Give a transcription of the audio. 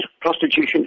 prostitution